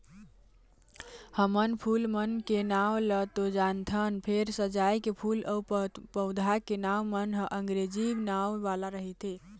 हमन फूल मन के नांव ल तो जानथन फेर सजाए के फूल अउ पउधा के नांव मन ह अंगरेजी नांव वाला रहिथे